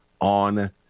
on